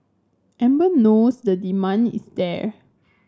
Amer knows the demand is there